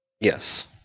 Yes